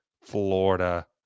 Florida